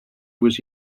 was